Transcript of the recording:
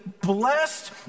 blessed